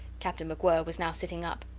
captain macwhirr was now sitting up.